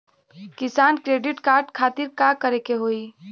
किसान credit card खातिर का करे के होई?